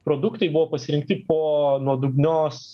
produktai buvo pasirinkti po nuodugnios